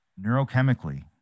Neurochemically